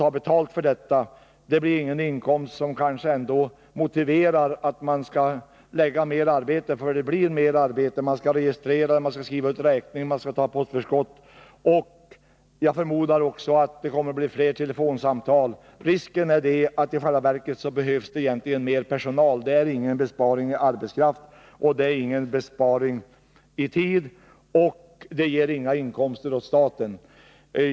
för uppgiftslämnandet blir det ingen inkomst som motiverar merarbetet med registreringar, utskrivandet av räkningar, postförskott osv. Jag förmodar att det också blir fler telefonsamtal. Risken är att det i själva verket behövs mer personal. Då blir det ingen besparing varken i arbetskraft eller i tid och inga inkomster för staten.